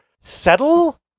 settle